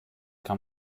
kann